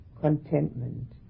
contentment